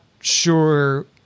sure